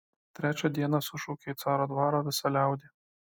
trečią dieną sušaukė į caro dvarą visą liaudį